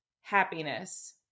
happiness